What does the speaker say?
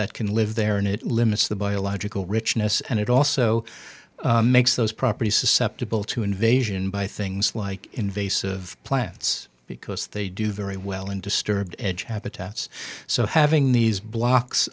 that can live there and it limits the biological richness and it also makes those property susceptible to invasion by things like invasive plants because they do very well in disturbed edge habitats so having these blocks